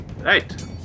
Right